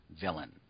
villain